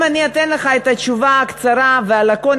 אם אני אתן לך את התשובה הקצרה והלקונית,